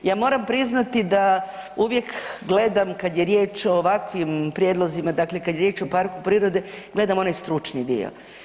Ja moram priznati da uvijek gledam kad je riječ o ovakvim prijedlozima, dakle kad je riječ o parku prirode, gledam onaj stručni dio.